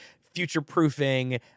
future-proofing